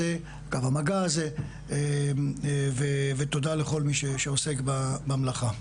קו המגע הזה ותודה לכל מי שעוסק במלאכה.